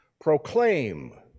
Proclaim